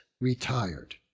retired